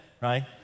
right